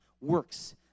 works